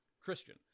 Christian